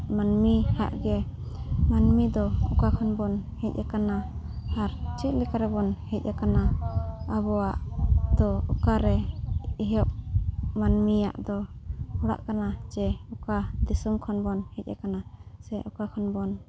ᱢᱟᱹᱱᱢᱤᱭᱟᱜ ᱜᱮ ᱢᱟᱹᱱᱢᱤ ᱫᱚ ᱚᱠᱟ ᱠᱷᱚᱱᱵᱚᱱ ᱦᱮᱡ ᱟᱠᱟᱱᱟ ᱟᱨ ᱪᱮᱫ ᱞᱮᱠᱟ ᱨᱮᱵᱚᱱ ᱦᱮᱡ ᱟᱠᱟᱱᱟ ᱟᱵᱚᱣᱟᱜ ᱫᱚ ᱚᱠᱟᱨᱮ ᱤᱭᱟᱹ ᱢᱟᱹᱱᱢᱤᱭᱟᱜ ᱫᱚ ᱚᱲᱟᱜ ᱠᱟᱱᱟ ᱡᱮ ᱚᱠᱟ ᱫᱤᱥᱚᱢ ᱠᱷᱚᱱᱵᱚᱱ ᱦᱮᱡ ᱟᱠᱟᱱᱟ ᱥᱮ ᱚᱠᱟ ᱠᱷᱚᱱᱵᱚᱱ